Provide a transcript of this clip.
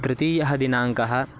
तृतीयदिनाङ्कः